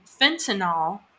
fentanyl